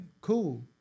cool